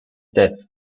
deaf